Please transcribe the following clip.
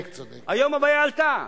היום הבעיה עלתה.